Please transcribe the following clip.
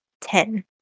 Ten